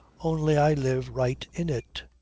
only i live right in it,